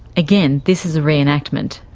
again, this is a re-enactment.